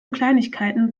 kleinigkeiten